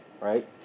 right